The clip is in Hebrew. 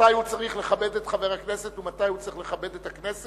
מתי הוא צריך לכבד את חבר הכנסת ומתי הוא צריך לכבד את הכנסת.